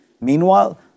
Meanwhile